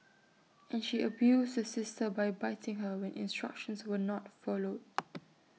and she abused the sister by biting her when instructions were not followed